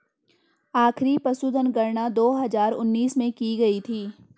आखिरी पशुधन गणना दो हजार उन्नीस में की गयी थी